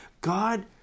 God